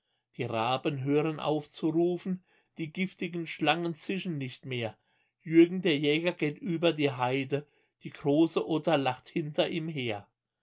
die raben hören auf zu rufen die giftigen schlangen zischen nicht mehr jürgen der jäger geht über die heide die große otter lacht hinter ihm her